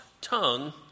tongue